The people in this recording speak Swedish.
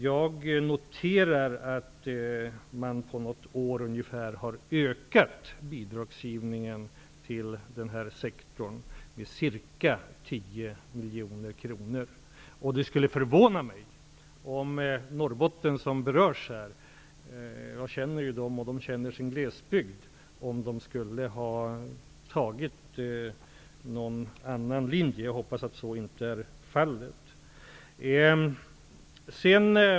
Jag noterar att länsstyrelserna på ungefär ett år har ökat bidragsgivningen till denna sektor med ca 10 miljoner kronor. Det skulle förvåna mig om Länsstyrelsen i Norbottens län, som berörs i frågan, skulle ha valt en annan linje. Jag känner människorna där, och de känner sin glesbygd. Jag hoppas att så inte är fallet.